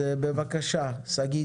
שגיא